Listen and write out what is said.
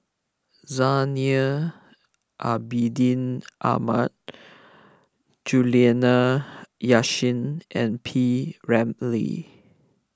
Zainal Abidin Ahmad Juliana Yasin and P Ramlee